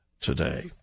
today